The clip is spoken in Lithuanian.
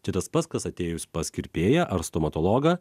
čia tas pats kas atėjus pas kirpėją ar stomatologą